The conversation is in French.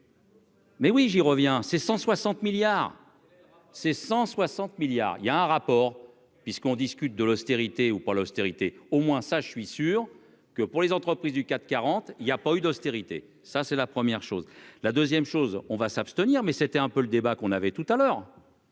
160 milliards c'est 160 milliards il y a un rapport puisqu'on discute de l'austérité ou pas l'austérité au moins ça je suis sûr que pour les entreprises du CAC 40 il y a pas eu d'austérité, ça c'est la première chose la 2ème chose on va s'abstenir, mais c'était un peu le débat qu'on avait tout à l'heure